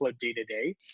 day-to-day